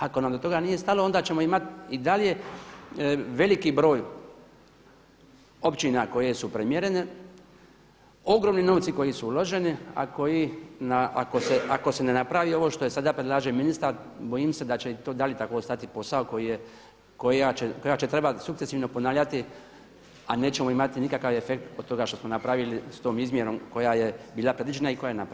Ako nam do toga nije stalo onda ćemo imati i dalje veliki broj općina koje su premjerene, ogromni novci koji su uloženi a koji ako se ne napravi ovo što sada predlaže ministar bojim se da će to i dalje ostati posao kojega će trebati sukcesivno ponavljati a nećemo imati nikakav efekt od toga što smo napravili sa tom izmjerom koja je bila predviđena i koja je napravljena.